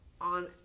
on